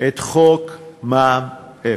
את חוק מע"מ אפס.